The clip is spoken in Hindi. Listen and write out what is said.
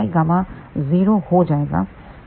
rF iक्या होगा